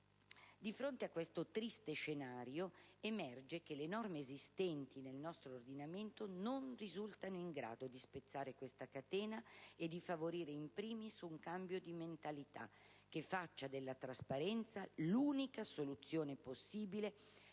Di fronte a questo triste scenario emerge che le norme esistenti nel nostro ordinamento non risultano in grado di spezzare questa catena e di favorire *in primis* un cambio di mentalità, che faccia della trasparenza l'unica soluzione possibile